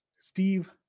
Steve